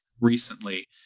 recently